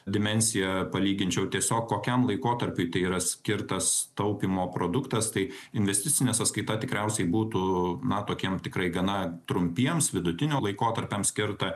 dimensiją palyginčiau tiesiog kokiam laikotarpiui tai yra skirtas taupymo produktas tai investicinė sąskaita tikriausiai būtų na tokiem tikrai gana trumpiem vidutinio laikotarpiom skirta